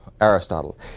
Aristotle